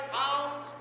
pounds